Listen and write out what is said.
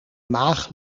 maag